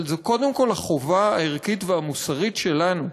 אבל זו קודם כול החובה הערכית והמוסרית שלנו.